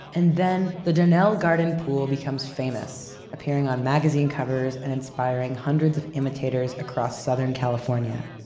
and then the donnell garden pool becomes famous, appearing on magazine covers, and inspiring hundreds of imitators across southern california.